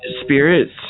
Spirits